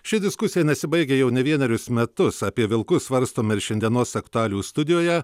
ši diskusija nesibaigia jau ne vienerius metus apie vilkus svarstom ir šiandienos aktualijų studijoje